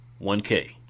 1k